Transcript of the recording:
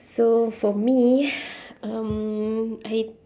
so for me um I